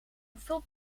hoeveel